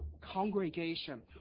congregation